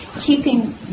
keeping